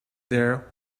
there